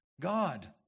God